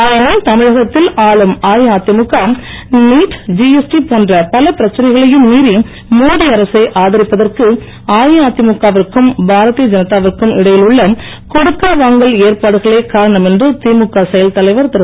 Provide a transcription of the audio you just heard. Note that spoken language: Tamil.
ஆயினும் தமிழகத்தில் ஆளும் அஇஅதிமுக நீட் திஎஸ்டி போன்ற பல பிரச்சனைகளையும் மீறி மோடி அரசை ஆதரிப்பதற்கு அஇஅதிமுக விற்கும் பாரதிய ஜனதாவிற்கும் இடையில் உள்ள கொடுக்கல் வாங்கல் ஏற்பாடுகளே காரணம் என்று திமுக செயல் தலைவர் திரு